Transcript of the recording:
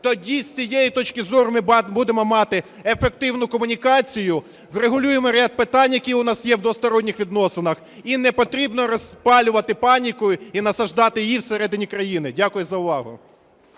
Тоді з цієї точки зору ми будемо мати ефективну комунікацію, врегулюємо ряд питань, які у нас є в двосторонніх відносинах. І не потрібно розпалювати паніку і насаждати її всередині країни. Дякую за увагу.